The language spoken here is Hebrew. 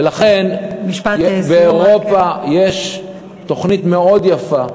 ולכן באירופה יש תוכנית מאוד יפה,